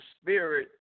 spirit